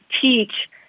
teach